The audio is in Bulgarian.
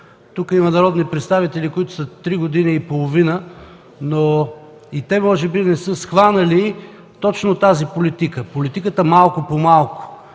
Тук има народни представители, които са от три години и половина, но и те може би не са схванали точно тази политика – политиката „малко по малко”,